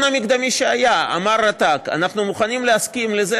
המקדמי שהיה אמרה רט"ג: אנחנו מוכנים להסכים לזה,